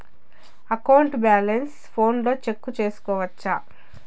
account balance ఫోనులో check సేసుకోవచ్చా